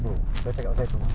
ah K